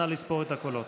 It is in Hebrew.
נא לספור את הקולות.